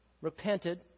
repented